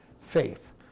faith